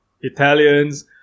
Italians